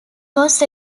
was